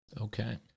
Okay